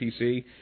PC